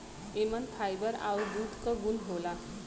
एमन फाइबर आउर दूध क गुन होला